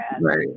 Right